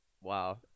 Wow